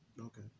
Okay